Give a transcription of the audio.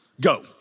Go